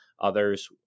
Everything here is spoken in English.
others